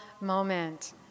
moment